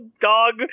dog